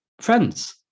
friends